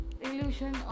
illusion